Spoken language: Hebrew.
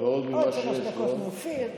עוד שלוש דקות מאופיר,